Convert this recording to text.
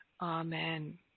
Amen